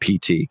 PT